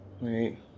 wait